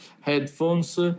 headphones